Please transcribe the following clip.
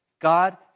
God